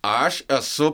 aš esu